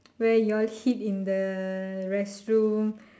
where y'all hid in the restroom